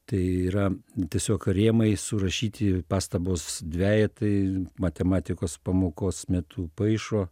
tai yra tiesiog rėmai surašyti pastabos dvejetai matematikos pamokos metu paišo